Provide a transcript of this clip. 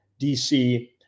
DC